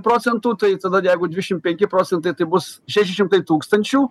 procentų tai tada jeigu dvidešim penki procentai tai bus šeši šimtai tūkstančių